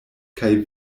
kaj